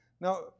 Now